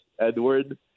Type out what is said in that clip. edward